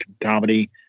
comedy